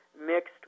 mixed